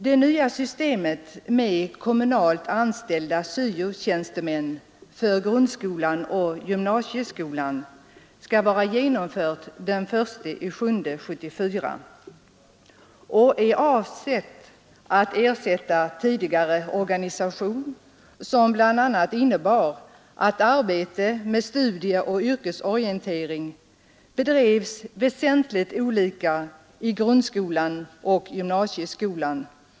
Det nya systemet med kommunalt anställda syo-tjänstemän för grundskolan och gymnasieskolan skall vara genomfört den 1 juli 1974 och är avsett att ersätta tidigare organisation, vilken bl.a. innebar att arbetet med studieoch yrkesorientering bedrevs väsentligt olika i grundskolan och i gymnasieskolan.